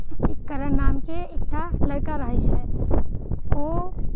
एक करण नामके एकटा लड़का रहैत छै ओ